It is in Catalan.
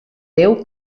déu